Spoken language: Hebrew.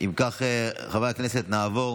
אם כך, חברי הכנסת, נעבור